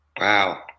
wow